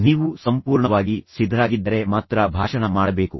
ನೀವು ಸಂಪೂರ್ಣವಾಗಿ ಸಿದ್ಧರಾಗಿದ್ದರೆ ಮಾತ್ರ ಭಾಷಣ ಮಾಡಬೇಕು